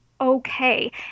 okay